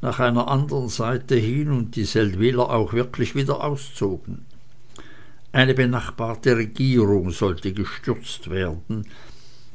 nach einer anderen seite hin und die seldwyler auch wirklich wieder auszogen eine benachbarte regierung sollte gestürzt werden